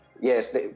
Yes